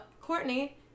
Courtney